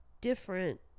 different